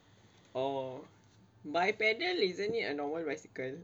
oh bipedal isn't it a normal bicycle